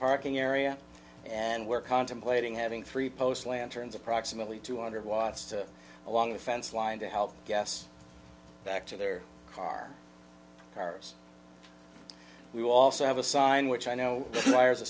parking area and we're contemplating having three post lanterns approximately two hundred watts to along the fence line to help get us back to their car cars we also have a sign which i know wires a